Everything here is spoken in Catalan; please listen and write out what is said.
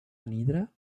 anhidre